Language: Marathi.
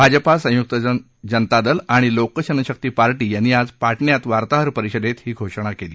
भाजपा संय्क्त जनता दल आणि लोकजनशक्ती पार्टी यांनी आज पाटण्यात वार्ताहर परिषदेत ही घोषणा केली